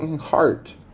heart